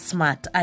Smart